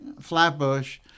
Flatbush